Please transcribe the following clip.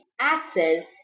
Axes